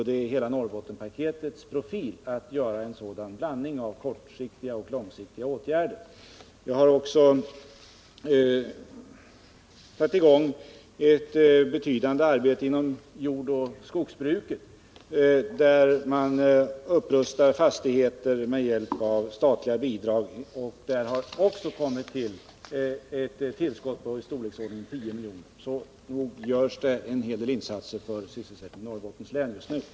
Det är hela Norrbottenspaketets profil att man skall åstadkomma en sådan blandning av långsiktiga och kortsiktiga åtgärder. Jag har också satt i gång ett betydande arbete inom jordoch skogsbruket, där man upprustar fastigheter med hjälp av statliga bidrag, och där har också tillkommit ett belopp i storleksordningen 10 miljoner, så nog görs det en hel del insatser för sysselsättningen i Norrbottens län just nu.